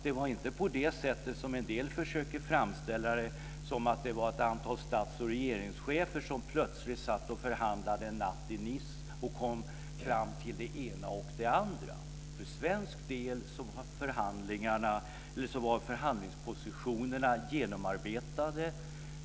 Det var inte så, som en del försökte framställa det, att ett antal stats och regeringschefer plötsligt satt och förhandlade en natt i Nice och kom fram till det ena och det andra. För svensk del var förhandlingspositionerna genomarbetade.